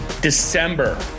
December